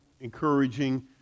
encouraging